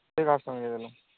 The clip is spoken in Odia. ଫିର୍ କମେଇ ଦେଲୁ